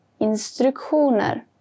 instruktioner